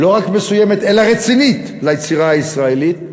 לא רק מסוימת, אלא רצינית, ליצירה הישראלית,